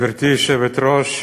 גברתי היושבת-ראש,